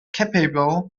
capable